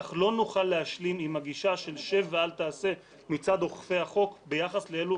'כך לא נוכל להשלים עם הגישה של שב ואל תעשה מצד אוכפי החוק ביחס לאלו